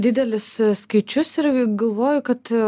didelis skaičius ir galvoju kad